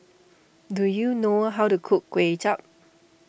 do you know how to cook Kuay Chap